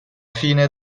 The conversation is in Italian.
fine